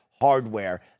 hardware